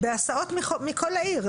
הם מגיעים בהסעות מכל העיר.